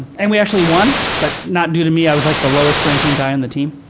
and we actually won. but not due to me. i was like the lowest ranking guy on the team.